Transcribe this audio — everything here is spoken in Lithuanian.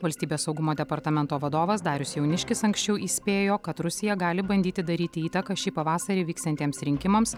valstybės saugumo departamento vadovas darius jauniškis anksčiau įspėjo kad rusija gali bandyti daryti įtaką šį pavasarį vyksiantiems rinkimams